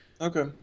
Okay